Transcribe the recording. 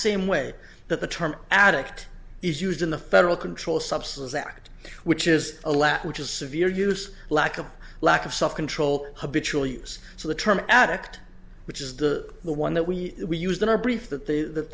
same way that the term addict is used in the federal controlled substances act which is a latter which is severe use lack of lack of self control habitual use so the term addict which is the the one that we we used in our brief that they that